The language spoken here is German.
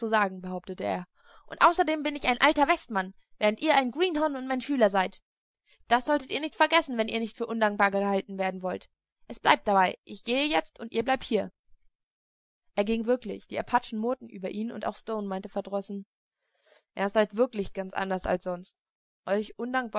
sagen behauptete er und außerdem bin ich ein alter westmann während ihr ein greenhorn und mein schüler seid das solltet ihr nicht vergessen wenn ihr nicht für undankbar gehalten werden wollt es bleibt dabei ich gehe jetzt und ihr bleibt hier er ging wirklich die apachen murrten über ihn und auch stone meinte verdrossen er ist heut wirklich ganz anders als sonst euch